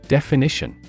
Definition